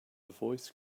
voice